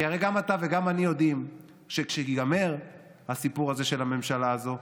כי הרי גם אתה וגם אני יודעים שכשייגמר הסיפור הזה של הממשלה הזאת,